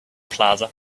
plaza